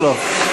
או לא?